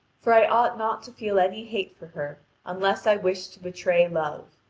for i ought not to feel any hate for her unless i wish to betray love.